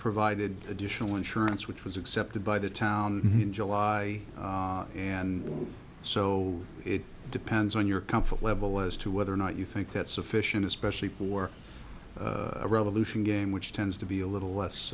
provided additional insurance which was accepted by the town in july and so it depends on your comfort level as to whether or not you think that's sufficient especially for revolution game which tends to be a little less